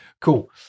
Cool